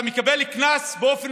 אתה מקבל באופן